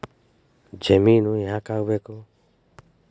ಜಾಮಿನ್ ಯಾಕ್ ಆಗ್ಬೇಕು?